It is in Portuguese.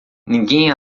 ninguém